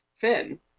Finn